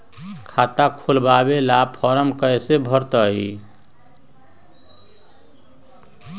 खाता खोलबाबे ला फरम कैसे भरतई?